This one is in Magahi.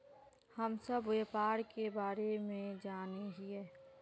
हम सब व्यापार के बारे जाने हिये?